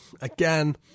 again